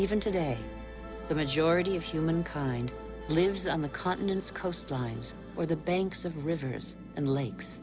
even today the majority of humankind lives on the continents coastlines or the banks of rivers and lakes